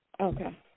Okay